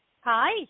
Hi